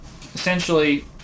essentially